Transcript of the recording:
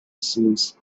scenes